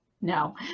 No